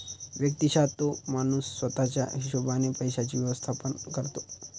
व्यक्तिशः तो माणूस स्वतः च्या हिशोबाने पैशांचे व्यवस्थापन करतो